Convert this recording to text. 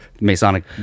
masonic